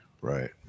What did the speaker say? Right